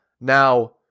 Now